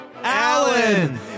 alan